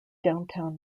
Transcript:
downtown